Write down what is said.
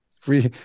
free